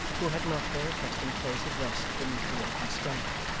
who had not their accustomed place of rest beneath the open sky.